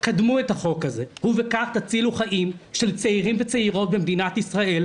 קדמו את החוק הזה ובכך תצילו חיים של צעירים וצעירות במדינת ישראל,